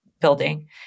building